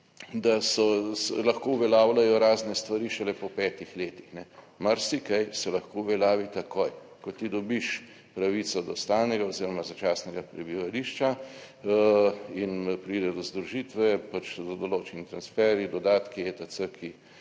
se lahko uveljavljajo razne stvari šele po 5. letih. Marsikaj se lahko uveljavi takoj, ko ti dobiš pravico do stalnega oziroma začasnega prebivališča in pride do združitve, pač določeni transferji, dodatki, etc., ki,